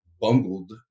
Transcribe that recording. bungled